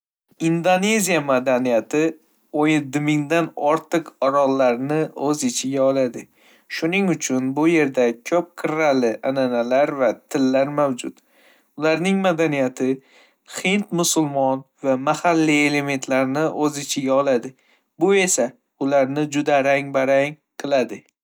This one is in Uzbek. Indoneziya madaniyati o'n yetti ming dan ortiq orollarni o'z ichiga oladi, shuning uchun bu yerda ko'p qirrali an'analar va tillar mavjud. Ularning madaniyati hind, musulmon va mahalliy elementlarni o'z ichiga oladi, bu esa ularni juda rang-barang.